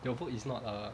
your vote is not uh